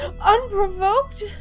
Unprovoked